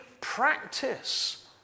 practice